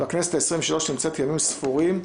והכנסת ה-23 נמצאת ימים ספורים בעצם,